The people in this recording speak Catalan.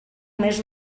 més